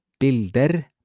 Bilder